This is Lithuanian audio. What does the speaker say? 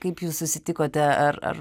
kaip jūs susitikote ar ar